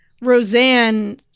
Roseanne